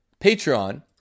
Patreon